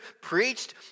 preached